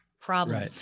problem